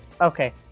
Okay